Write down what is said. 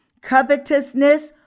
covetousness